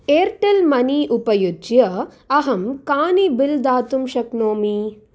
Airtel money उपयुज्य अहं कानि बिल् दातुं शक्नोमि